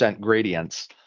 gradients